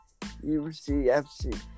UCFC